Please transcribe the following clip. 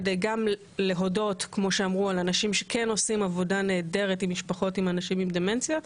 כדי גם להודות לאנשים שכן עושים עבודה נהדרת עם משפחות עם אנשים דמנציה,